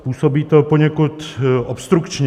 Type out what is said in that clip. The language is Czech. Působí to poněkud obstrukčně.